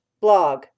blog